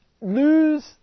lose